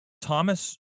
Thomas